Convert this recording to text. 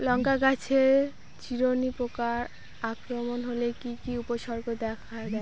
লঙ্কা গাছের চিরুনি পোকার আক্রমণ হলে কি কি উপসর্গ দেখা যায়?